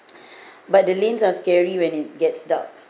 but the lanes are scary when it gets dark